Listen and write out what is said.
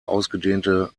ausgedehnte